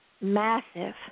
massive